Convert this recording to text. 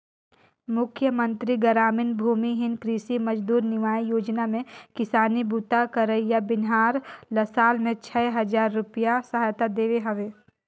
मुख्यमंतरी गरामीन भूमिहीन कृषि मजदूर नियाव योजना में किसानी बूता करइया बनिहार ल साल में छै हजार रूपिया सहायता देहे हवे